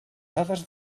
dades